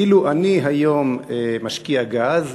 אילו אני היום משקיע גז,